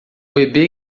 bebê